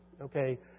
okay